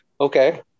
Okay